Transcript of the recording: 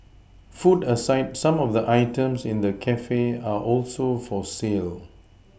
food aside some of the items in the cafe are also for sale